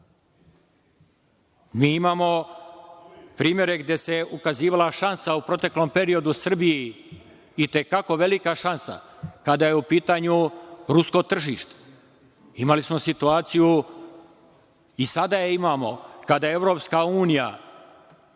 imamo primere gde se ukazivala šansa u proteklom periodu, Srbiji i te kako velika šansa kada je u pitanju rusko tržište. Imali smo situaciju i sada je imamo kada Evropska unija